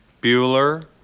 Bueller